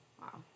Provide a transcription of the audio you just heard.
Wow